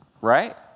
right